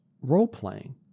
role-playing